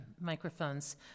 microphones